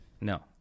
no